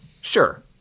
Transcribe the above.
Sure